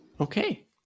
Okay